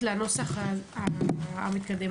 לנוסח המקדם.